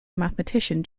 mathematician